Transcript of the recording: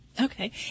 Okay